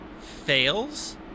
fails